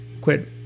quit